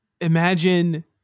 imagine